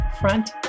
Front